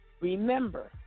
remember